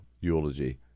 eulogy